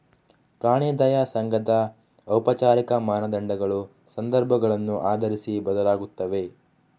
ಪ್ರಾಣಿ ದಯಾ ಸಂಘದ ಔಪಚಾರಿಕ ಮಾನದಂಡಗಳು ಸಂದರ್ಭಗಳನ್ನು ಆಧರಿಸಿ ಬದಲಾಗುತ್ತವೆ